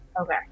okay